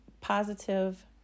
positive